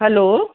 hello